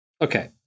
okay